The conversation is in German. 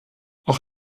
auch